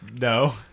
No